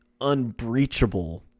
unbreachable